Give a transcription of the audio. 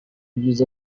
byiza